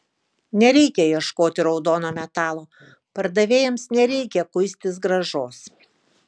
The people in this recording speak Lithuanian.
nereikia ieškoti raudono metalo pardavėjams nereikia kuistis grąžos